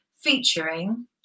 featuring